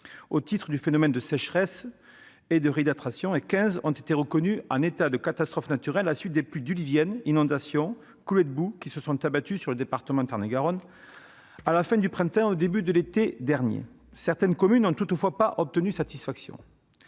au titre du phénomène de sécheresse et de réhydratation et 15 ont été reconnues en état de catastrophe naturelle à la suite des pluies diluviennes, inondations et coulées de boue qui se sont abattues sur le Tarn-et-Garonne à la fin du printemps et au début de l'été derniers. Certaines communes n'ont, toutefois, pas obtenu satisfaction.